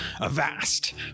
Avast